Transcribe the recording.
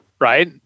right